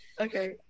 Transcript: Okay